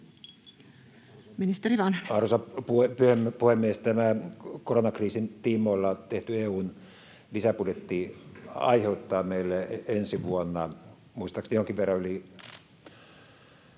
Arvoisa puhemies! Tämä koronakriisin tiimoilta tehty EU:n lisäbudjetti aiheuttaa meille ensi vuonna muistaakseni jonkin verran yli...